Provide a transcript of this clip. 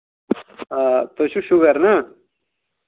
آ تۄہہِ چھُو شُگر نہ